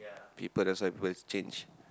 people that's why people change